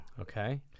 Okay